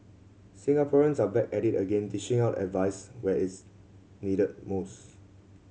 Singaporeans are back at it again dishing out advice where it's needed most